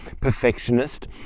perfectionist